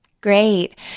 Great